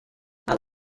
are